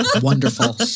wonderful